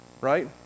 Right